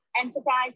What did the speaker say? enterprise